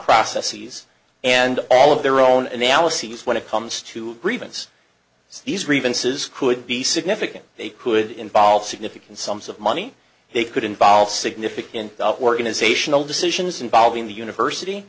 processes and all of their own analyses when it comes to agreements so these reagan says could be significant they could involve significant sums of money they could involve significant organisational decisions involving the university